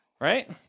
right